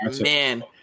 man